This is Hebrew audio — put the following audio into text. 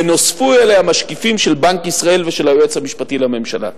ונוספו אליה משקיפים של בנק ישראל ושל היועץ המשפטי לממשלה.